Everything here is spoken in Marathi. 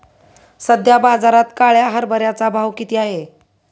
सध्या बाजारात काळ्या हरभऱ्याचा भाव किती आहे?